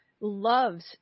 loves